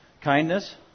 kindness